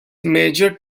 major